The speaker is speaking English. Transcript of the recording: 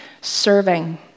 serving